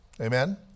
Amen